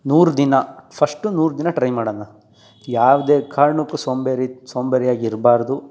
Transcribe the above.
ನೂರು ದಿನ ಫಶ್ಟು ನೂರು ದಿನ ಟ್ರೈ ಮಾಡಣ ಯಾವುದೇ ಕಾರಣಕ್ಕೂ ಸೋಂಬೇರಿ ಸೋಂಬೇರಿಯಾಗಿರಬಾರ್ದು